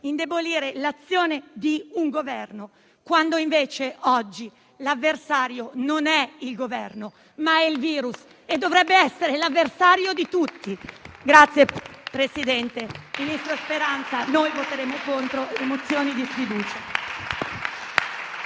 indebolire l'azione di un Governo, quando invece oggi l'avversario non è il Governo, ma il virus, che dovrebbe essere l'avversario di tutti. Presidente, ministro Speranza, noi voteremo contro le mozioni di sfiducia.